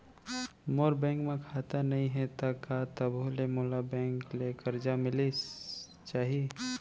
मोर bank म खाता नई हे त का तभो ले मोला बैंक ले करजा मिलिस जाही?